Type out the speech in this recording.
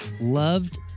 loved